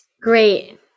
Great